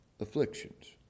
afflictions